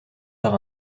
par